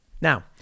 Now